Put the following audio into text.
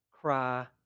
cry